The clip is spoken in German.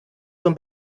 zum